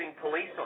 police